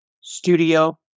studio